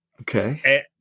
Okay